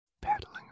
paddling